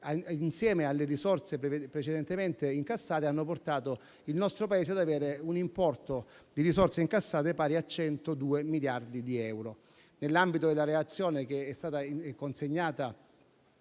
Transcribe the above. insieme alle risorse precedentemente ricevute, hanno portato il nostro Paese ad avere un importo di risorse incassate pari a 102 miliardi di euro. Nell'ambito della relazione che è stata consegnata